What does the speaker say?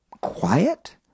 quiet